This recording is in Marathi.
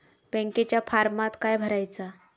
बँकेच्या फारमात काय भरायचा?